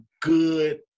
good